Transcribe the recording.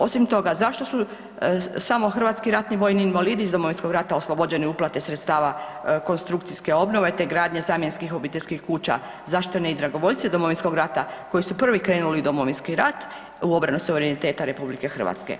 Osim toga, zašto su samo hrvatski ratni vojni invalidi iz Domovinskog rata oslobođeni uplate sredstava konstrukcijske obnove, te gradnje zamjenskih obiteljskih kuća, zašto ne i dragovoljci Domovinskog rata koji su prvi krenuli u Domovinski rat, u obranu suvereniteta RH?